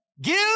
give